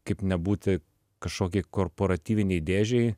kaip nebūti kažkokiai korporatyvinei dėžei